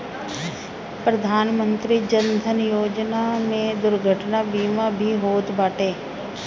प्रधानमंत्री जन धन योजना में दुर्घटना बीमा भी होत बाटे